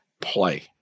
play